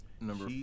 Number